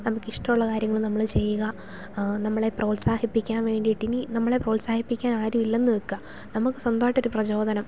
നമുക്ക് ഇഷ്ടമുള്ള കാര്യങ്ങൾ നമ്മൾ ചെയ്യുക നമ്മളെ പ്രോത്സാഹിപ്പിക്കാൻ വേണ്ടിയിട്ട് ഇനി നമ്മളെ പ്രോത്സാഹിപ്പിക്കാൻ ആരുമില്ലെന്നു വയ്ക്കുക നമുക്ക് സ്വന്തമായിട്ട് ഒ രു പ്രേചോദനം